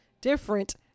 different